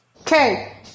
Okay